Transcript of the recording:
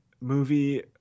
movie